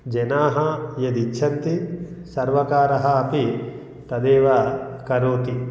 जनाः यद् इच्छन्ति सर्वकारः अपि तदेव करोति